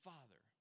Father